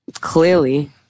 Clearly